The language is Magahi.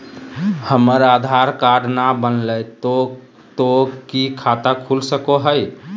हमर आधार कार्ड न बनलै तो तो की खाता खुल सको है?